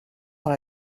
dans